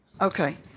Okay